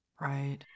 Right